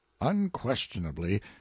unquestionably